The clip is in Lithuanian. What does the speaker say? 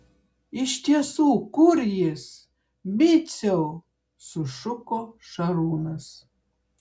iš tiesų kur jis miciau sušuko šarūnas